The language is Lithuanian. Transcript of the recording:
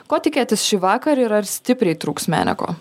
ko tikėtis šį vakar ir ar stipriai trūks meneko